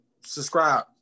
subscribe